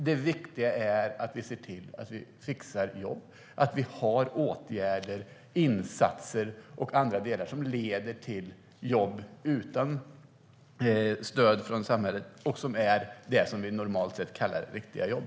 Det viktiga är att vi ser till att vi fixar jobb, att vi har åtgärder, insatser och andra delar som leder till jobb utan stöd från samhället och som är det vi normalt sett kallar riktiga jobb.